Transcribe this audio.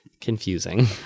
confusing